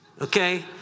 okay